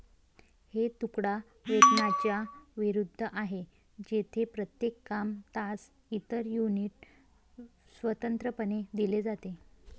हे तुकडा वेतनाच्या विरुद्ध आहे, जेथे प्रत्येक काम, तास, इतर युनिट स्वतंत्रपणे दिले जाते